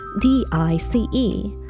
D-I-C-E